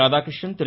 Radhakrishnan Thiru